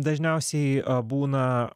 dažniausiai būna